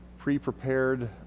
Pre-prepared